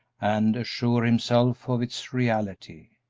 and assure himself of its reality.